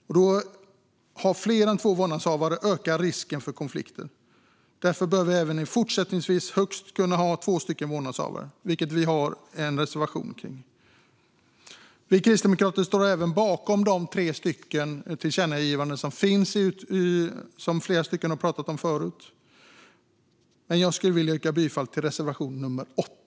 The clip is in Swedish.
Med fler än två vårdnadshavare ökar risken för konflikter. Därför bör vi även fortsättningsvis ha högst två vårdnadshavare. Det har vi kristdemokrater en reservation om. Vi kristdemokrater står även bakom de tre förslag om tillkännagivanden som flera har talat om förut. Men jag vill yrka bifall till endast reservation 8.